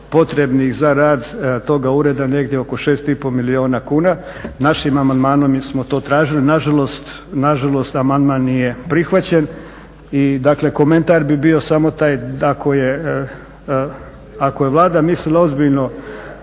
potrebnih za rad toga ureda negdje oko 6,5 milijuna kuna. Našim amandmanom smo to tražili, nažalost, nažalost amandman nije prihvaćen. I dakle komentar bi bio samo taj ako je Vlada mislila ozbiljno